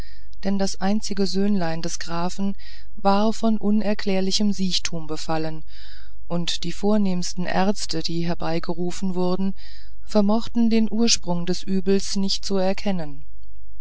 denn das einzige söhnlein des grafen war von unerklärlichem siechtum befallen und die vornehmsten ärzte die herbeigerufen wurden vermochten den ursprung des übels nicht zu erkennen